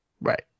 Right